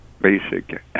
basic